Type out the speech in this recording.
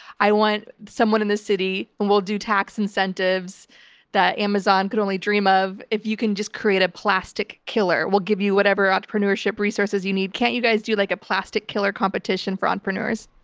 i want someone in this city, and we'll do tax incentives that amazon could only dream of if you can just create a plastic killer. we'll give you whatever entrepreneurship resources you need. can't you guys do you like a plastic killer competition for entrepreneurs?